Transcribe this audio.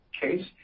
case